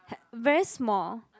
had very small